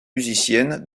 musicienne